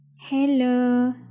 Hello